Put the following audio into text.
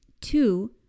Two